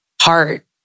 heart